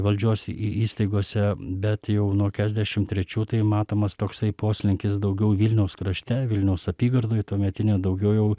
valdžios įstaigose bet jau nuo kezdiašimt trečių tai matomas toksai poslinkis daugiau vilniaus krašte vilniaus apygardoj tuometinė daugiau